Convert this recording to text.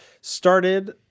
started